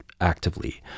actively